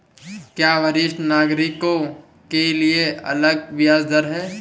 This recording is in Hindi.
क्या वरिष्ठ नागरिकों के लिए अलग ब्याज दर है?